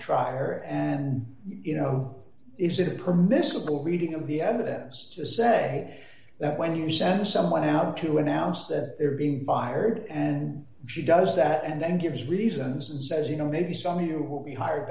her and you know is it permissible reading of the evidence to say that when you send someone out to announce that they're being fired and she does that and then gives reasons and says you know maybe some of you will be hired